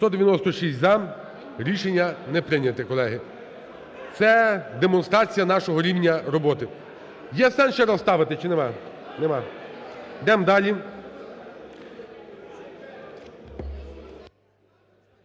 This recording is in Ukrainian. За-196 Рішення не прийнято. Колеги, це демонстрація нашого рівня роботи. Є сенс ще раз ставити чи немає? Нема. Йдемо далі.